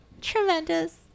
Tremendous